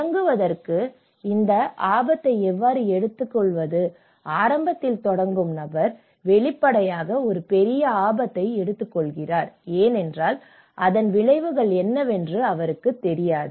தொடங்குவதற்கு இந்த அபாயத்தை எவ்வாறு எடுத்துக்கொள்வது ஆரம்பத்தில் தொடங்கும் நபர் வெளிப்படையாக ஒரு பெரிய ஆபத்தை எடுத்துக்கொள்கிறார் ஏனெனில் அதன் விளைவுகள் என்னவென்று அவருக்குத் தெரியாது